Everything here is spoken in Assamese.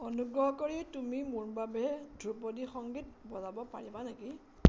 অনুগ্ৰহ কৰি তুমি মোৰ বাবে ধ্ৰুপদী সংগীত বজাব পাৰিবা নেকি